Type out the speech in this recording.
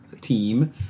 team